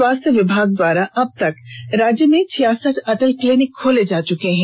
स्वास्थ्य विभाग द्वारा अब तक राज्य में छियासठ अटल क्लीनिक खोले जा चुके हैं